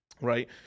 right